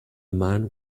man